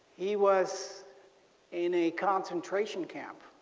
he was in a concentration camp,